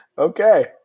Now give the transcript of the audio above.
Okay